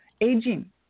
aging